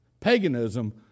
paganism